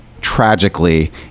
tragically